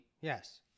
Yes